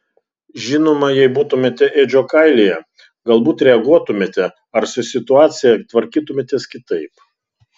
žinoma jei būtumėte edžio kailyje galbūt reaguotumėte ar su situacija tvarkytumėtės kitaip